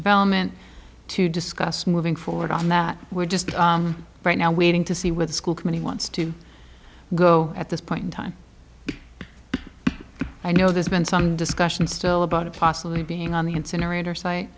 development to discuss moving forward on that we're just right now waiting to see where the school committee wants to go at this point in time i know there's been some discussion still about it possibly being on the incinerator site